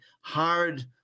hard